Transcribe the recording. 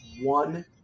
one